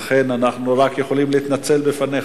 ולכן אנחנו רק יכולים להתנצל בפניך.